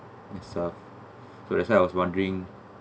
that stuff so that's why I was wondering